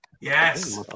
Yes